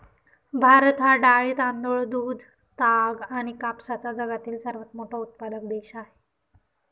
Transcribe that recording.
भारत हा डाळी, तांदूळ, दूध, ताग आणि कापसाचा जगातील सर्वात मोठा उत्पादक देश आहे